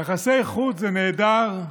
יחסי חוץ זה נהדר,